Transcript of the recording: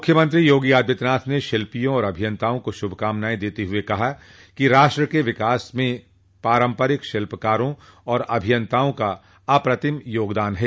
मुख्यमंत्री योगी आदित्यनाथ ने शिल्पियों और अभियंताओं को शुभकामनाएं देते हुए कहा कि राष्ट्र के विकास में पारम्परिक शिल्पकारों और अभियंताओं का अप्रतिम योगदान है